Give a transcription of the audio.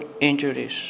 injuries